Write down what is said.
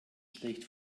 schlecht